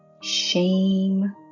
shame